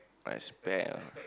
respect